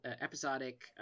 episodic